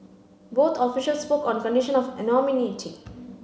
both officials spoke on condition of anonymity